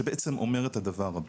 שבעצם אומרת את הדבר הבא: